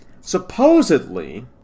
supposedly